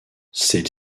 celle